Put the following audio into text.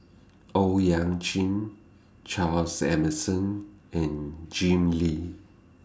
Owyang Chi Charles Emmerson and Jim Lim